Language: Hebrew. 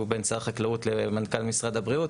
בין שר החקלאות למנכ"ל משרד הבריאות,